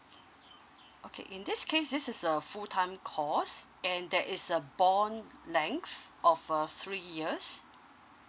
okay in this case this is a full time course and there is a bond lengths of uh three years